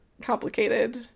complicated